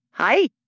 Hi